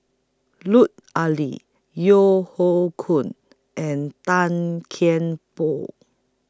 Lut Ali Yeo Hoe Koon and Tan Kian Por